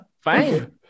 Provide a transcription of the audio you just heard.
Fine